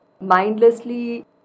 mindlessly